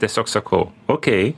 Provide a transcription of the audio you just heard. tiesiog sakau okei